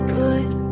good